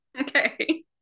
okay